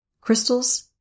crystals